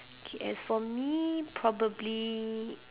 okay as for me probably